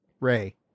Ray